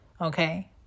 Okay